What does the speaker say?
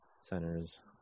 centers